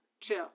chill